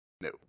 No